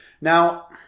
Now